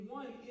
one